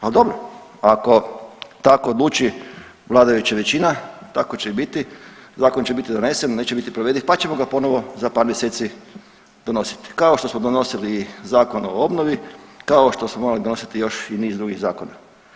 Ali dobro, ako tako odluči vladajuća većina tako će i biti, zakon će biti donesen neće biti provediv pa ćemo ga ponovo za par mjeseci donositi, kao što smo donosili i Zakon o obnovi, kao što smo morali donositi još i niz drugih zakona.